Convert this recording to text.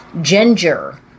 ginger